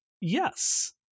Yes